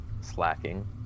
slacking